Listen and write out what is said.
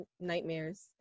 nightmares